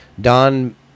Don